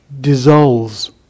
dissolves